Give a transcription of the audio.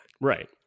Right